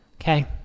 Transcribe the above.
Okay